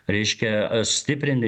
reiškia sustiprinti